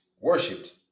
worshipped